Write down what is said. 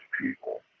people